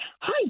Hi